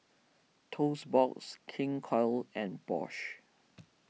Toast Box King Koil and Bosch